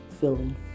feeling